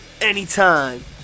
anytime